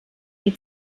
die